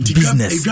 business